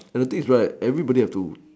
and I think is right everybody has to